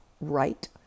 right